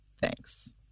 Thanks